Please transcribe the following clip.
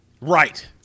Right